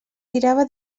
tirava